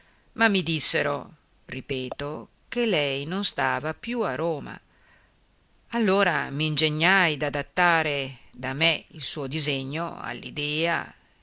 ma mi dissero ripeto che lei non stava più a roma allora m'ingegnai d'adattare da me il suo disegno